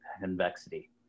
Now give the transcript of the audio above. convexity